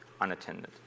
unattended